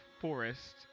forest